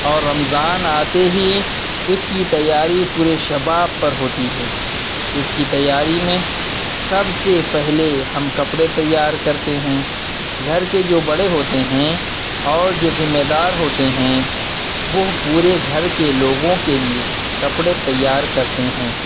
اور رمضان آتے ہی اس کی تیاری پورے شباب پر ہوتی ہے اس کی تیاری میں سب سے پہلے ہم کپڑے تیار کرتے ہیں گھر کے جو بڑے ہوتے ہیں اور جو ذمے دار ہوتے ہیں وہ پورے گھر کے لوگوں کے لیے کپڑے تیار کرتے ہیں